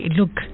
look